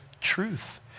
truth